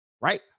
right